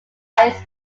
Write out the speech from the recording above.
his